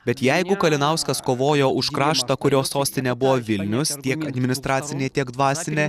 bet jeigu kalinauskas kovojo už kraštą kurio sostinė buvo vilnius tiek administracinė tiek dvasinė